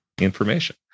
information